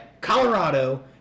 Colorado